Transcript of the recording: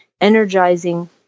energizing